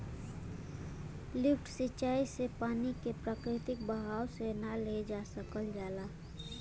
lift सिंचाई से पानी के प्राकृतिक बहाव से ना ले जा सकल जाला